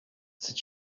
c’est